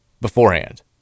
beforehand